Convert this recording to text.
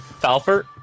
Falfort